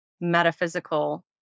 metaphysical